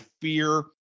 fear